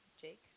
Jake